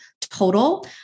total